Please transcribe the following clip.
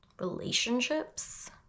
relationships